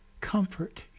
comfort